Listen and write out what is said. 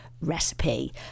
recipe